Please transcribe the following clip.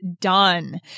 done